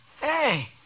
Hey